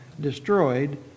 destroyed